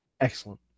Excellent